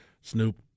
Snoop